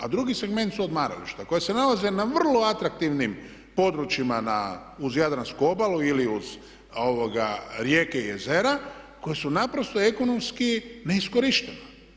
A drugi segment su odmarališta koje se nalaze na vrlo atraktivnim područjima uz Jadransku obalu ili uz rijeke ili jezera koje su naprosto ekonomski neiskorištena.